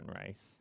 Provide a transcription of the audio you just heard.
race